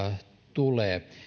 tulee